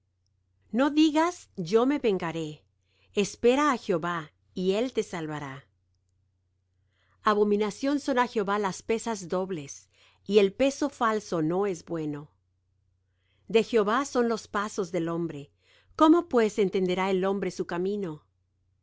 no digas yo me vengaré espera á jehová y él te salvará abominación son á jehová las pesas dobles y el peso falso no es bueno de jehová son los pasos del hombre cómo pues entenderá el hombre su camino